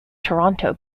toronto